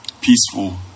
peaceful